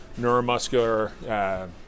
neuromuscular